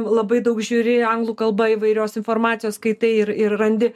labai daug žiūri anglų kalba įvairios informacijos skaitai ir ir randi